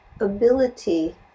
ability